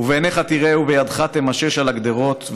/ ובעיניך תראה ובידיך תמשש על הגדרות /